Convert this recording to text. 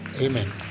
Amen